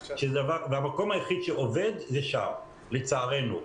המקום היחיד שעובד, זה שם, לצערנו.